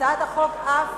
הצעת החוק אף